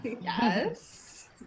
Yes